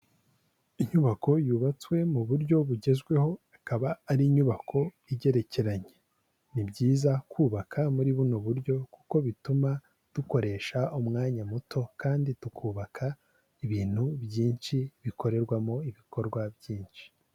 Inyubako yubatswe mu buryo bugezweho, ikaba ari inyubako igerekeranye, ni byiza kubaka muri buno buryo kuko bituma dukoresha umwanya muto kandi tukubaka ibintu byinshi, bikorerwamo ibikorwa byinshi.